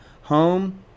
home